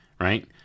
right